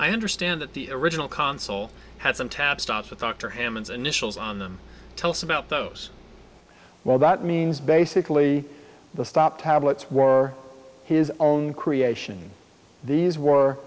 i understand that the original console had some tab stops with dr hammond's initials on them tell us about those well that means basically the stop tablets wore his own creation these were